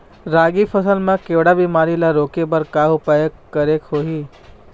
रागी फसल मा केवड़ा बीमारी ला रोके बर का उपाय करेक होही?